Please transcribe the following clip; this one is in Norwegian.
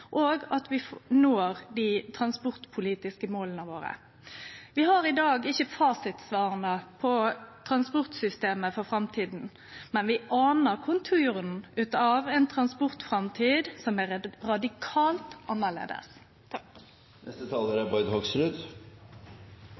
ny teknologi skal få lov til å vere ein viktig bidragsytar til auka effektivitet og til at vi når dei transportpolitiske måla våre. Vi har i dag ikkje fasitsvara for transportsystemet for framtida, men vi anar konturane av ei transportframtid som er radikalt